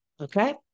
Okay